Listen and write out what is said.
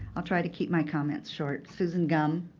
i'll try to keep my comments short. susan gum.